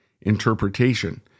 interpretation